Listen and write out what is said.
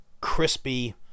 crispy